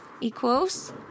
equals